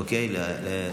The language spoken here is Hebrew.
אוקיי, תודה.